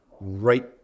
right